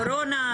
קורונה,